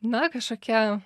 na kažkokia